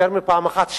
יותר מפעם אחת.